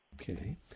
Okay